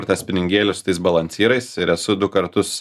ir tą spiningėlį tais balancyrais ir esu du kartus